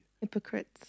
hypocrites